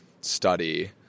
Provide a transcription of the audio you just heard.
study